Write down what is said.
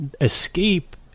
escape